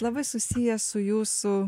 labai susijęs su jūsų